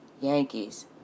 Yankees